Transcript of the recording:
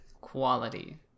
quality